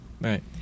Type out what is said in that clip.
Right